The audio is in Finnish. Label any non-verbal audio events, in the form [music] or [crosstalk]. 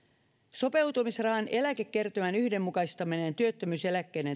sopeutumisrahan eläkekertymän yhdenmukaistaminen työttömyyseläkkeiden [unintelligible]